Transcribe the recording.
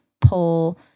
pull